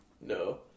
No